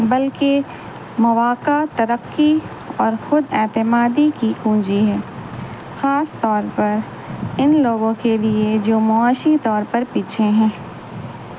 بلکہ مواقع ترقی اور خود اعتمادی کی کنونجی ہے خاص طور پر ان لوگوں کے لیے جو معاشی طور پر پیچھے ہیں